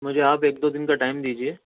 مجھے آپ ایک دو دن کا ٹائم دیجیے